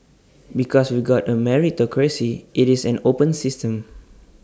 because we've got A meritocracy IT is an open system